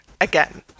again